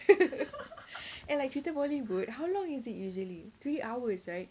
and like cerita bollywood how long is it usually three hours right